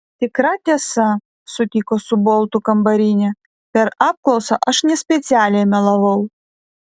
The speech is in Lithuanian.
tikra tiesa sutiko su boltu kambarinė per apklausą aš nespecialiai melavau